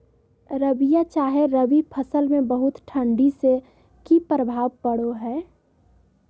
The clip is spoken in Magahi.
रबिया चाहे रवि फसल में बहुत ठंडी से की प्रभाव पड़ो है?